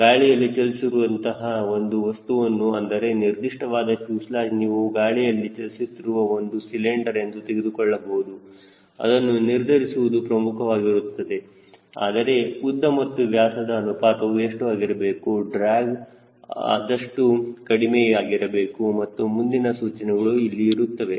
ಗಾಳಿಯಲ್ಲಿ ಚಲಿಸುತ್ತಿರುವಂತಹ ಒಂದು ವಸ್ತುವನ್ನು ಅಂದರೆ ನಿರ್ದಿಷ್ಟವಾಗಿ ಫ್ಯೂಸೆಲಾಜ್ ನೀವು ಗಾಳಿಯಲ್ಲಿ ಚಲಿಸುತ್ತಿರುವ ಒಂದು ಸಿಲಿಂಡರ್ ಎಂದು ತೆಗೆದುಕೊಳ್ಳಬಹುದು ಅದನ್ನು ನಿರ್ಧರಿಸುವುದು ಪ್ರಮುಖವಾಗಿರುತ್ತದೆ ಅದರ ಉದ್ದ ಮತ್ತು ವ್ಯಾಸದ ಅನುಪಾತವು ಎಷ್ಟು ಆಗಿರಬೇಕು ಡ್ರ್ಯಾಗ್ ಆದಷ್ಟು ಕಡಿಮೆಯಾಗಿರಬೇಕು ಮತ್ತು ಮುಂದಿನ ಸೂಚನೆಗಳು ಅಲ್ಲಿ ಇರುತ್ತವೆ